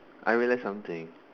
I realize something